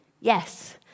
Yes